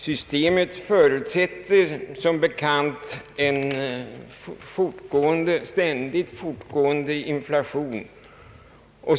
Systemet förutsätter som bekant en ständigt fortgående inflation.